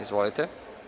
Izvolite.